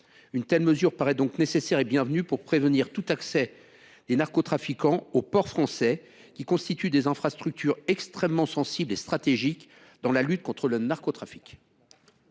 Une telle mesure paraît donc nécessaire et bienvenue pour prévenir tout accès des narcotrafiquants aux ports français, qui constituent des infrastructures extrêmement sensibles et stratégiques dans la lutte contre le narcotrafic.